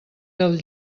del